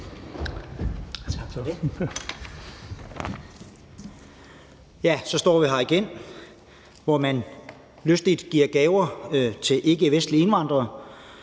(DF): Ja, så står vi her igen, hvor man lystigt giver gaver til ikkevestlige indvandrere.